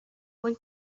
one